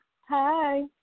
Hi